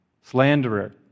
slanderer